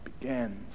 begins